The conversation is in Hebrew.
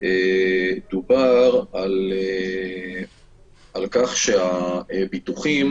דובר על כך שהביטוחים